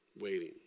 waiting